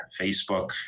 Facebook